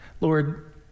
Lord